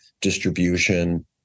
distribution